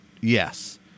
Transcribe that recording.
Yes